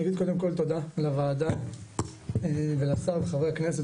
אני אגיד קודם כל תודה לוועדה ולשר וחברי הכנסת,